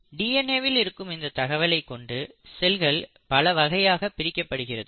D N A வில் இருக்கும் இந்த தகவலை கொண்டு செல்கள் பல வகையாக பிரிக்கப்படுகிறது